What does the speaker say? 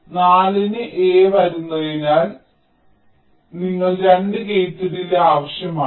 4 ന് a വരുന്നതിനാൽ നിങ്ങൾക്ക് രണ്ട് ഗേറ്റ് ഡിലേയ് ആവശ്യമാണ്